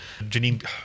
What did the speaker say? Janine